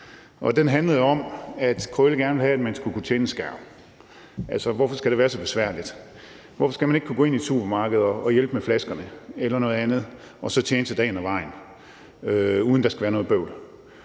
Den handlede om, at Krølle gerne ville have, at man skulle kunne tjene en skærv. Altså, hvorfor skal det være så besværligt? Hvorfor skal man ikke kunne gå ind i et supermarked og hjælpe med flaskerne eller noget andet og så tjene til dagen og vejen, uden at der skal være noget bøvl?